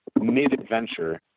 mid-adventure